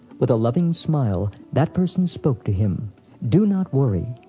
with a loving smile, that person spoke to him do not worry.